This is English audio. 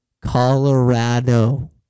Colorado